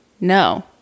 No